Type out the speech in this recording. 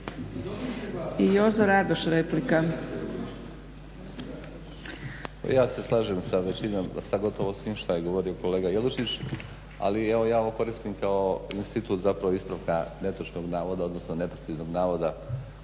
I Jozo Radoš, replika.